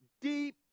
deep